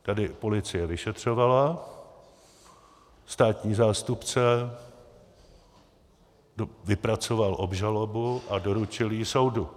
Tady policie vyšetřovala, státní zástupce vypracoval obžalobu a doručil ji soudu.